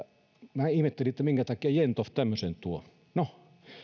minä ihmettelin minkä takia jentoft tämmöisen tuo no